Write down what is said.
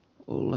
oulu